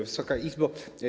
Wysoka Izbo!